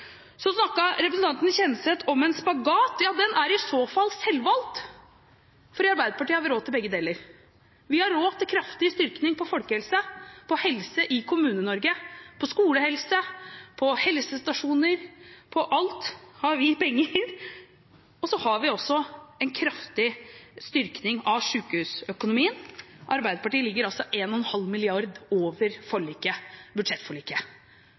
Representanten Kjenseth snakket om en spagat. Ja, den er i så fall selvvalgt. I Arbeiderpartiet har vi råd til begge deler. Vi har råd til en kraftig styrking av folkehelse, helse i Kommune-Norge, skolehelse, helsestasjoner – til alt det har vi penger – og vi har også en kraftig styrking av sykehusøkonomien. Arbeiderpartiet ligger